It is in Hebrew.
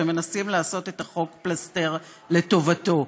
ומנסים לעשות את החוק פלסתר לטובתו.